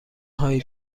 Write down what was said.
هایی